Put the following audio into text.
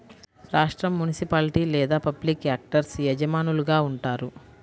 రాష్ట్రం, మునిసిపాలిటీ లేదా public actors యజమానులుగా ఉంటారు